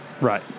Right